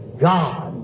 God